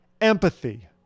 empathy